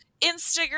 Instagram